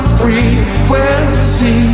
frequency